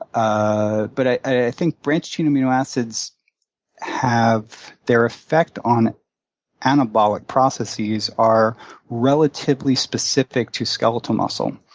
ah but i think branched-chain amino acids have their effect on anabolic processes are relatively specific to skeletal muscle,